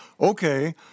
Okay